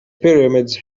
pyramids